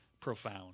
profound